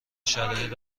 شرایط